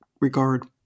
regard